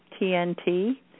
TNT